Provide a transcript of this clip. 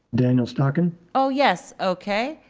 daniel stocking. oh, yes, okay.